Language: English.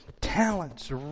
talents